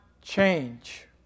change